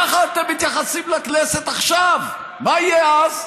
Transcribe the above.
ככה אתם מתייחסים לכנסת עכשיו, מה יהיה אז?